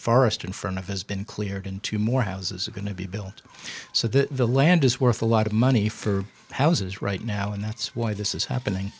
forest in front of has been cleared in two more houses are going to be built so that the land is worth a lot of money for houses right now and that's why this is happening